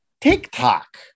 TikTok